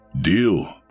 Deal